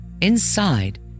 Inside